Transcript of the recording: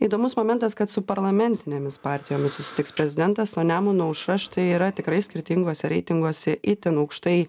įdomus momentas kad su parlamentinėmis partijomis susitiks prezidentas o nemuno aušra štai yra tikrai skirtinguose reitinguose itin aukštai